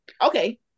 Okay